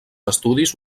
estudis